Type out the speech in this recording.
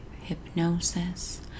hypnosis